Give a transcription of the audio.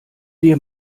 dir